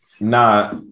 Nah